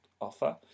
offer